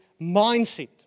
mindset